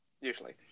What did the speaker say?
Usually